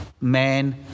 man